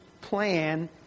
plan